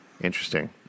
Interesting